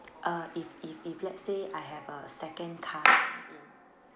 uh if if if let's say I have a second car